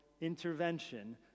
intervention